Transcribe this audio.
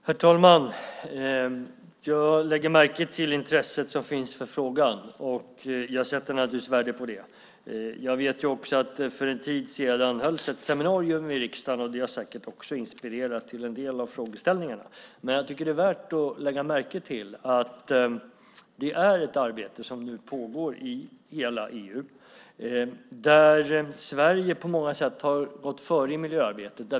Herr talman! Jag lägger märke till intresset som finns för frågan, och jag sätter naturligtvis värde på det. Jag vet att det för en tid sedan hölls ett seminarium i riksdagen, och det har säkert också inspirerat till en del av frågeställningarna. Det är värt att lägga märke till att det nu pågår ett arbete i hela EU där Sverige på många sätt har gått före i miljöarbetet.